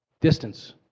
Distance